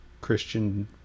Christian